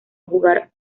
jugar